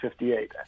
58